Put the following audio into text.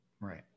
Right